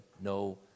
no